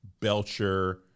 belcher